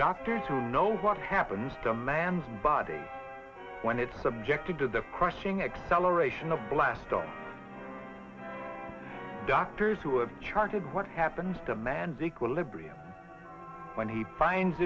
doctors will know what happens to man's body when it's subjected to the crushing acceleration of blast on doctors who have charted what happens demands equilibrium when he finds